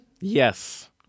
Yes